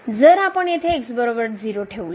जर आपण येथे x 0 ठेवले तर